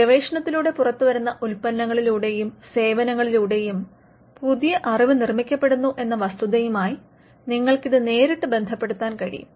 ഗവേഷണത്തിലൂടെ പുറത്തുവരുന്ന ഉല്പന്നങ്ങളിലൂടെയും സേവനങ്ങളിലൂടെയും പുതിയ അറിവ് നിർമിക്കപ്പെടുന്നു എന്ന വസ്തുതയുമായി നിങ്ങൾക്ക് ഇത് നേരിട്ട് ബന്ധപ്പെടുത്താൻ കഴിയും